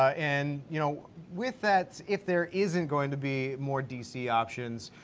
and you know with that, if there isn't going to be more dc options,